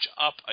up